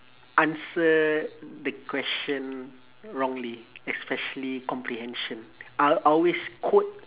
answer the question wrongly especially comprehension I'll always quote